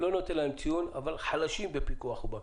לא נותן לנו ציון, אבל הם חלשים בפיקוח ובקרה.